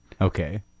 Okay